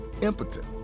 impotent